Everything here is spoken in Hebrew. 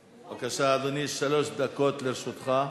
בבקשה, אדוני, שלוש דקות לרשותך.